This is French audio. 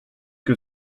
que